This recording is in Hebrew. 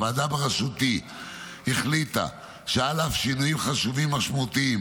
הוועדה בראשותי החליטה שעל אף שינויים חשובים ומשמעותיים